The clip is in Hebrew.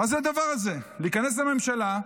מה זה הדבר הזה להיכנס לממשלה,